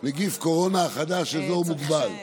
(נגיף הקורונה החדש) (אזור מוגבל),